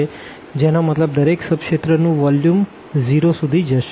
એનો મતલબ દરેક સબ રિજિયન નું વોલ્યુમ 0 સુધી જશે